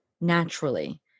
naturally